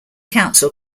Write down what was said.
council